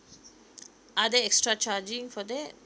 are there extra charging for that